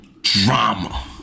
Drama